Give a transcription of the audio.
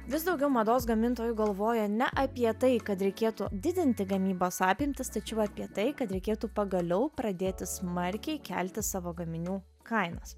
vis daugiau mados gamintojų galvoja ne apie tai kad reikėtų didinti gamybos apimtis tačiau apie tai kad reikėtų pagaliau pradėti smarkiai kelti savo gaminių kainas